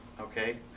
okay